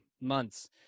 months